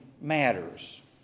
matters